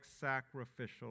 sacrificial